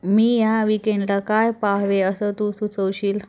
मी ह्या विकेंडला काय पाहावे असं तू सुचवशील